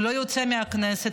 הוא לא יוצא מהכנסת,